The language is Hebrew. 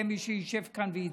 יהיה מי שישב כאן ויצעק: